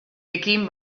ekin